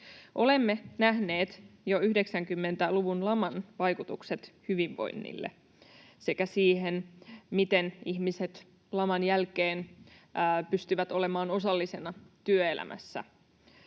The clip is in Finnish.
Olemme nähneet jo 90-luvun laman vaikutukset hyvinvoinnille sekä siihen, miten ihmiset laman jälkeen pystyvät olemaan osallisena työelämässä.